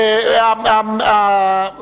תודה רבה.